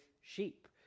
sheep